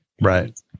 Right